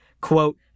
Quote